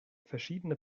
verschiedene